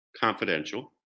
confidential